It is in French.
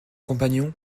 compagnons